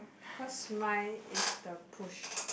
cause mine is the push